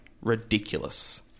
ridiculous